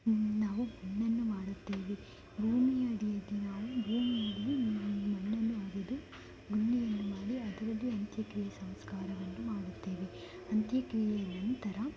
ನಾವು ಮಣ್ಣನ್ನು ಮಾಡುತ್ತೇವೆ ಭೂಮಿಯ ಅಡಿಯಲ್ಲಿ ಮಣ್ಣನ್ನು ಅಗೆದು ಗುಂಡಿಯನ್ನು ಮಾಡಿ ಅದರಲ್ಲಿ ಅಂತ್ಯಕ್ರಿಯೆ ಸಂಸ್ಕಾರವನ್ನು ಮಾಡುತ್ತೇವೆ ಅಂತ್ಯಕ್ರಿಯೆಯ ನಂತರ